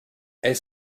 est